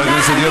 איך את מסבירה,